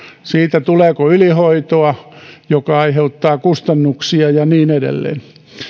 sitä tuleeko ylihoitoa joka aiheuttaa kustannuksia ja niin edelleen